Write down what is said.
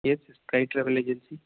yes sky travel agency